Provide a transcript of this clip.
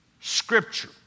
scripture